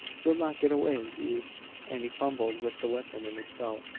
you'll not get away, you and he fumbled with the weapon in his belt.